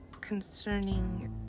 concerning